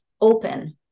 open